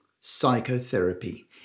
psychotherapy